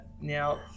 Now